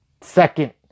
second